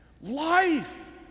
Life